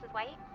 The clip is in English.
white.